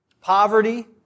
Poverty